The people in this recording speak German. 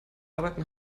arbeiten